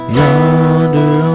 yonder